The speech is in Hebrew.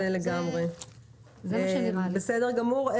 בסדר גמור.